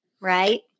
right